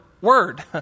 Word